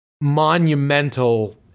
monumental